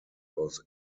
aus